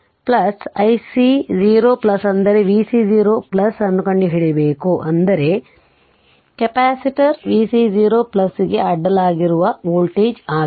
vc 0 ic 0 ಅಂದರೆ vc 0 ಅನ್ನು ಕಂಡುಹಿಡಿಯಬೇಕು ಅಂದರೆ ಕೆಪಾಸಿಟರ್ vc 0 ಗೆ ಅಡ್ಡಲಾಗಿರುವ ವೋಲ್ಟೇಜ್ ಆಗಿದೆ